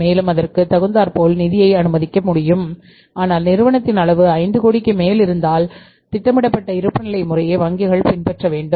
மேலும் அதற்கு தகுந்தார்போல் நிதியை அனுமதிக்க முடியும் ஆனால் நிறுவனத்தின் அளவு 5 கோடிக்கு மேல் இருந்தால் திட்டமிடப்பட்ட இருப்புநிலை முறையை வங்கிகள் பின்பற்ற வேண்டும்